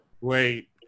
wait